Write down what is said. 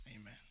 amen